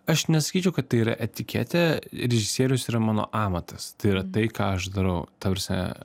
aš nesakyčiau kad tai yra etiketė režisierius yra mano amatas tai yra tai ką aš darau ta prasme